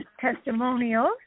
testimonials